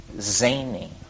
zany